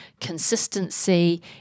consistency